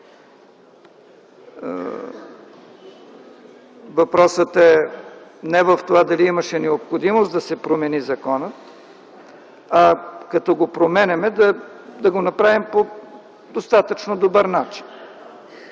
Въпросът е не в това дали имаше необходимост да се промени законът, а като го променяме, да го направим по достатъчно добър начин.